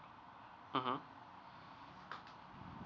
mmhmm